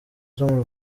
z’u